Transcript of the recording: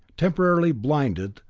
temporarily blinded,